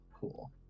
Cool